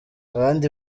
abandi